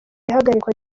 ihagarikwa